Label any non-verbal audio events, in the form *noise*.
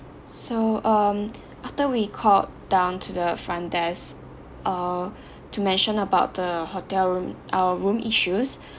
so um after we called down to the front desk uh to mention about the hotel room our room issues *breath*